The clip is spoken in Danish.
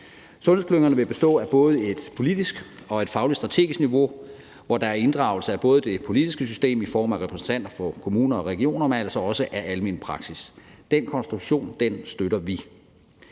Sundhedsklyngerne vil bestå af både et politisk og et fagligt-strategisk niveau, hvor der er inddragelse af både det politiske system i form af repræsentanter for kommuner og regioner, men altså også af almen praksis. Den konstruktion støtter vi.